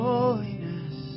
Holiness